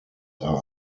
are